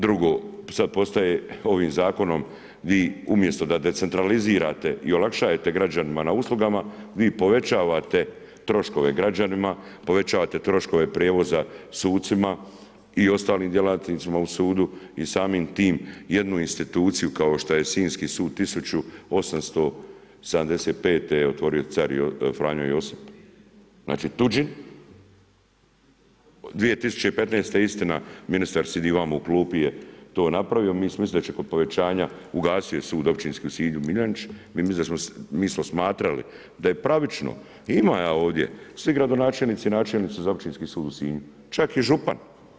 Drugo, sad postaje ovim zakonom, vi umjesto da decentralizirate i olakšavate građanima na uslugama, vi povećavate troškove građanima, povećavate troškove prijevoza sucima i ostalim djelatnicima u sudu i samim tim jednu instituciju kao što je Sinjski sud 1875. je otvorio car Franjo Josip, 2015. istina ministar, sidi i ovamo u klupi je to napravio, mi smo mislili da će kod povećanja ugasio sud Općinski u Sinju Miljanić, mi smo smatrali da je pravično, imam ja ovdje, svi gradonačelnici, načelnici za Općinski sud u Sinju, čak i župan.